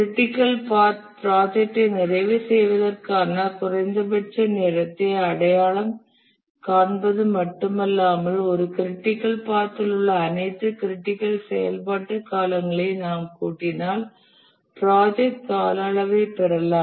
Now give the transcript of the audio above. critical path project ஐ நிறைவு செய்வதற்கான குறைந்தபட்ச நேரத்தை அடையாளம் காண்பது மட்டுமல்லாமல் ஒரு க்ரிட்டிக்கல் பாத் தில் உள்ள அனைத்து க்ரிட்டிக்கல் செயல்பாட்டு காலங்களையும் நாம் கூட்டினால் ப்ராஜெக்ட் கால அளவைப் பெறலாம்